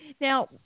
Now